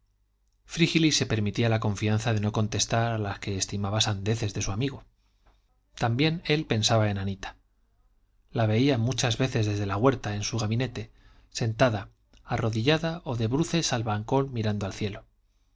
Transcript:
apariciones frígilis se permitía la confianza de no contestar a las que estimaba sandeces de su amigo también él pensaba en anita la veía muchas veces desde la huerta en su gabinete sentada arrodillada o de bruces al balcón mirando al cielo